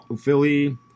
Philly